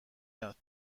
یاد